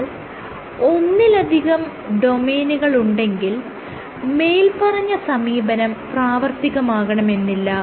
എന്നാൽ ഒന്നിലധികം ഡൊമെയ്നുകൾ ഉണ്ടെങ്കിൽ മേല്പറഞ്ഞ സമീപനം പ്രാവർത്തികമാകണമെന്നില്ല